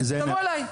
תבוא אליי.